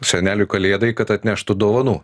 seneliui kalėdai kad atneštų dovanų